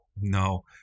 no